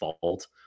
fault